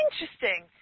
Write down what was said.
interesting